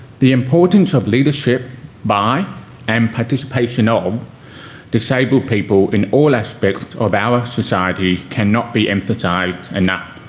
the importance of leadership by and participation of disabled people in all aspects of our society cannot be emphasised enough.